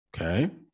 Okay